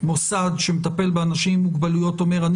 מוסד שמטפל באנשים עם מוגבלויות אומר שהוא